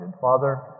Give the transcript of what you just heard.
Father